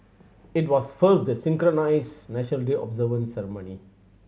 it was first the synchronised National Day observance ceremony